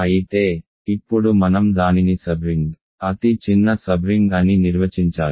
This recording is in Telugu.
అయితే ఇప్పుడు మనం దానిని సబ్రింగ్ అతి చిన్న సబ్రింగ్ అని నిర్వచించాలి